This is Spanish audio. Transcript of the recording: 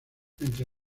entre